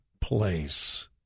place